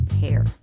hair